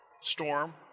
storm